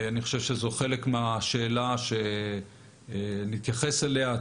זאת חלק מהשאלה שנתייחס אליה.